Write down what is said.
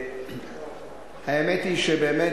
האמת היא שבאמת,